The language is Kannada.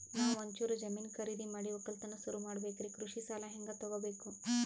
ನಾ ಒಂಚೂರು ಜಮೀನ ಖರೀದಿದ ಮಾಡಿ ಒಕ್ಕಲತನ ಸುರು ಮಾಡ ಬೇಕ್ರಿ, ಕೃಷಿ ಸಾಲ ಹಂಗ ತೊಗೊಬೇಕು?